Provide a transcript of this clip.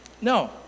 No